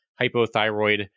hypothyroid